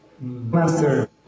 Master